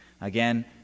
again